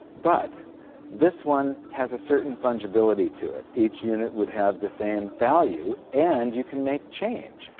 but this one has a certain fungibility to it, each unit would have the same value and you can make change.